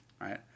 right